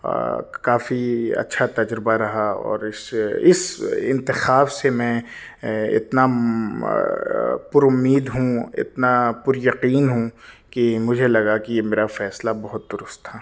کافی اچھا تجربہ رہا اور اس سے اس انتخاب سے میں اتنا پر امید ہوں اتنا پر یقین ہوں کہ مجھے لگا کہ یہ میرا فیصلہ بہت درست تھا